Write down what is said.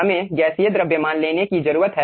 हमें गैसीय द्रव्यमान लेने की जरूरत है